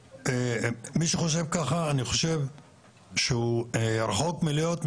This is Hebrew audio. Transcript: מי שחושב ככה, אני חושב שהוא רחוק מלהיות מתכנן.